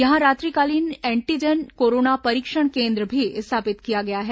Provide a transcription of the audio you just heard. यहां रात्रिकालीन antigen corona परीक्षण केन्द्र भी स्थापित किया गया है